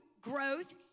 growth